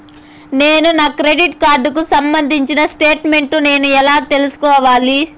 నేను నా క్రెడిట్ కార్డుకు సంబంధించిన స్టేట్ స్టేట్మెంట్ నేను ఎలా తీసుకోవాలి?